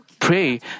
pray